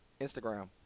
Instagram